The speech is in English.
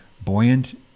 buoyant